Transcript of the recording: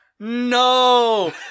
No